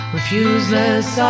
Refuseless